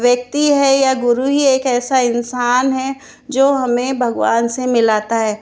व्यक्ति है या गुरु ही एक ऐसा इंसान है जो हमें भगवान से मिलाता है